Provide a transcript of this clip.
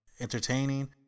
entertaining